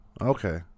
Okay